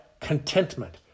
contentment